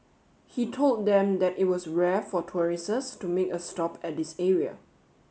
he told them that it was rare for tourists to make a stop at this area